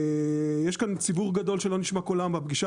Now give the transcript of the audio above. יש כאן ציבור גדול שלא נשמע קולם בפגישה